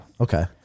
Okay